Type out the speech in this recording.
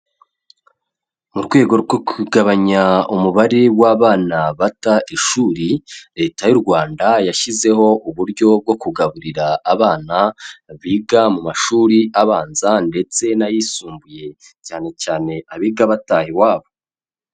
Mu rwego rwo kugabanya umubare w'abana bata ishuri, Leta y'u Rwanda yashyizeho uburyo bwo kugaburira abana biga mu mashuri abanza ndetse n'ayisumbuye cyane cyane abiga bataha iwabo.